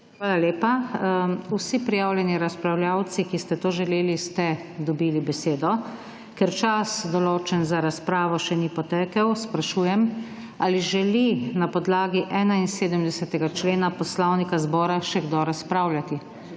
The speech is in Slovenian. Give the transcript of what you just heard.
Hvala lepa. Vsi prijavljeni razpravljavci, ki ste to želeli, ste dobili besedo. Ker čas določen za razpravo še ni potekel sprašujem, ali želi na podlagi 71. člena Poslovnika zbora še kdo razpravljati?